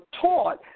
taught